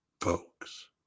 folks